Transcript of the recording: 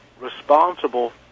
responsible